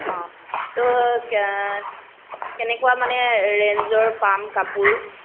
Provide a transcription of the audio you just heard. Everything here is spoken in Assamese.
অঁ তো কেনেকুৱা মানে ৰেঞ্জৰ পাম কাপোৰ